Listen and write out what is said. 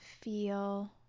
feel